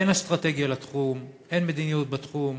אין אסטרטגיה לתחום, אין מדיניות בתחום,